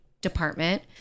department